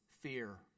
fear